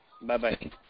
Bye-bye